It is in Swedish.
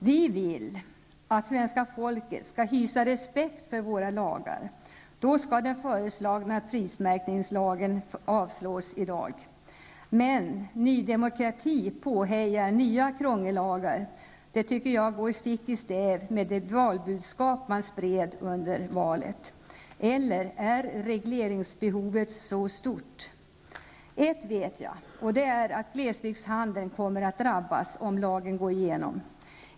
Vi vill att svenska folket skall hysa respekt för våra lagar, och då skall den föreslagna prismärkningslagen avslås. Men Ny Demokrati påhejar nya krångellagar. Det tycker jag går i stick i stäv med det valbudskap man spred under valrörelsen. Eller är regleringsbehovet så stort? Ett vet jag, och det är att glesbygdshandeln kommer att drabbas om lagen går igenom.